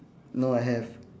no I have